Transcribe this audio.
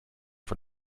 von